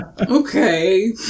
okay